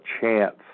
chance